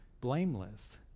blameless